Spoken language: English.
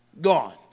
Gone